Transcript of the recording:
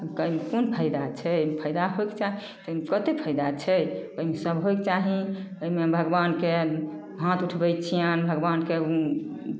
एहिमे कोन फाइदा छै एहिमे फाइदा होयके चाही एहिमे कतेक फाइदा छै एहिमे सभ होयके चाही एहिमे भगवानके हाथ उठबै छियनि भगवानके